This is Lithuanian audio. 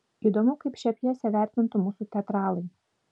įdomu kaip šią pjesę vertintų mūsų teatralai